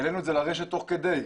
העלינו את זה לרשת תוך כדי.